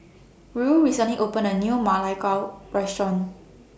Ruel recently opened A New Ma Lai Gao Restaurant